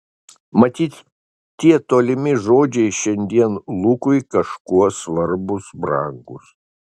matyt tie tolimi žodžiai šiandien lukui kažkuo svarbūs brangūs